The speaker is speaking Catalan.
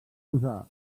usar